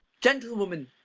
gentlewoman,